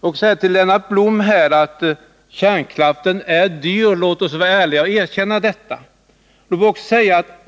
Jag vill till Lennart Blom säga att kärnkraften är dyr. Låt oss vara ärliga och erkänna detta.